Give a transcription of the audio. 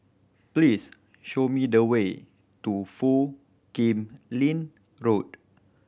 please show me the way to Foo Kim Lin Road